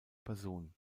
person